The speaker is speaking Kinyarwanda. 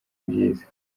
byiza